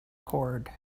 cord